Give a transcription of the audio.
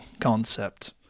concept